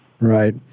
Right